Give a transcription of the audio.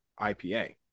IPA